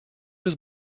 was